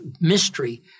mystery